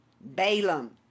Balaam